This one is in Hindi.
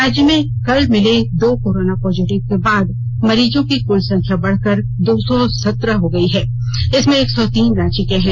राज्य में कल मिले दो कोरोना पॉजिटिव के बाद मरीजों की कुल संख्या बढ़कर दो सौ सत्रह हो गयी है इसमें एक सौ तीन रांची के हैं